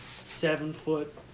seven-foot